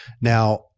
Now